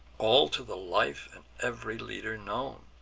all to the life, and ev'ry leader known.